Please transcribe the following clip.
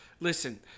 listen